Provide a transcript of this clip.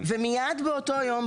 ומיד באותו יום,